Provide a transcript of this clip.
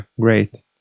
great